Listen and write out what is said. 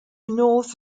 north